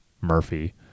Murphy